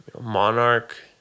monarch